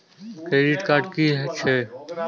Credit card की हे छे?